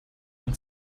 dem